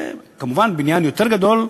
כמובן בניין יותר גדול.